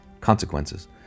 consequences